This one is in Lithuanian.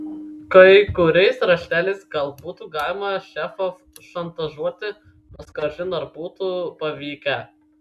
kai kuriais rašteliais gal būtų galima šefą šantažuoti nors kažin ar būtų pavykę